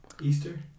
Easter